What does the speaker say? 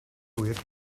ŵyr